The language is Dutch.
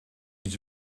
iets